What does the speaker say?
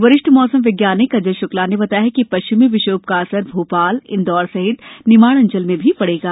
वरिष्ठ मौसम वैज्ञानिक अजय श्क्ला ने बताया कि पश्चिमी विक्षोभ का असर भोपाल इंदौर सहित निमाड़ अंचल में भी पड़ेगा